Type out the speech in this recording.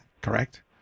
correct